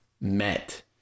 met